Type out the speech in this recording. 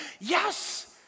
yes